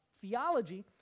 theology